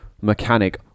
mechanic